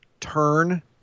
turn